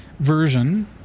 Version